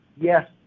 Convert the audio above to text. yes